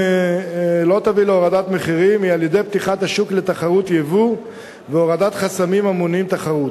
היא על-ידי פתיחת השוק לתחרות יבוא והורדת חסמים המונעים תחרות.